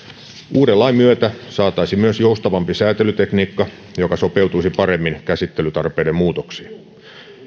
uuden lain myötä saataisiin myös joustavampi sääntelytekniikka joka sopeutuisi paremmin käsittelytarpeiden muutoksiin